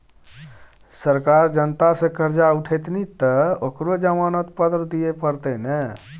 सरकार जनता सँ करजा उठेतनि तँ ओकरा जमानत पत्र दिअ पड़तै ने